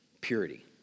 purity